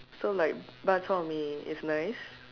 so like Bak-Chor-Mee is nice